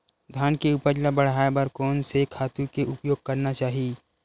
धान के उपज ल बढ़ाये बर कोन से खातु के उपयोग करना चाही?